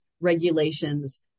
regulations